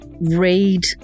read